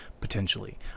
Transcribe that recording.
potentially